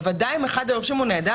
בוודאי אם אחד היורשים הוא נעדר.